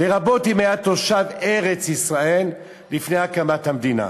לרבות אם היה תושב ארץ-ישראל לפני הקמת המדינה,